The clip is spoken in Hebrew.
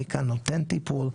מי כאן נותן טיפול?